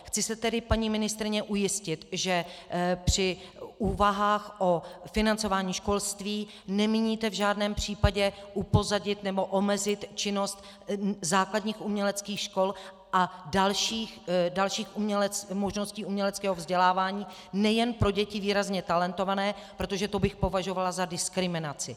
Chci se tedy, paní ministryně, ujistit, že při úvahách o financování školství nemíníte v žádném případě upozadit nebo omezit činnost základních uměleckých škol a dalších možností uměleckého vzdělávání nejen pro děti výrazně talentované, protože to bych považovala za diskriminaci.